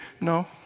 no